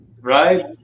Right